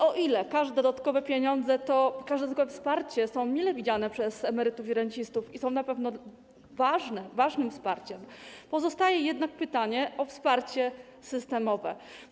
O ile każde dodatkowe pieniądze i każde dodatkowe wsparcie są mile widziane przez emerytów i rencistów, bo na pewno są ważnym wsparciem, pozostaje jednak pytanie o wsparcie systemowe.